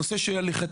הנושא של הליכתיות,